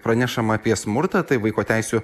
pranešama apie smurtą tai vaiko teisių